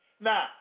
Now